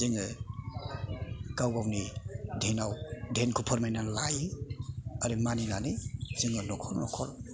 जोङो गाव गावनि दिनआव धेयानखौ फोरमायना लायो आरो मानिनानै जोङो न'खर न'खर